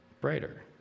brighter